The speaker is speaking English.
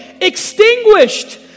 extinguished